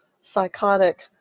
psychotic